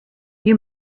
you